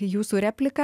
jūsų repliką